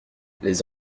les